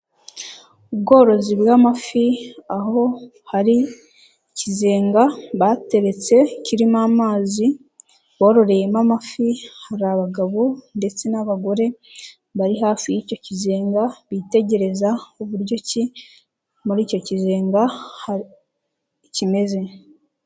Ubworozi bw'amafi aho hari ikizenga bateretse kirimo amazi bororeyemo amafi, hari abagabo ndetse n'abagore bari hafi y'icyo kizenga, bitegereza uburyo ki muri icyo kizenga kimeze.